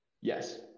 Yes